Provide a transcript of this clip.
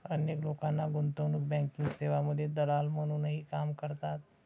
अनेक लोक गुंतवणूक बँकिंग सेवांमध्ये दलाल म्हणूनही काम करतात